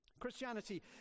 Christianity